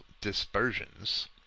dispersions